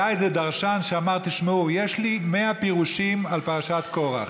היה איזה דרשן שאמר: יש לי 100 פירושים על פרשת קורח.